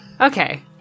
Okay